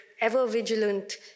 ever-vigilant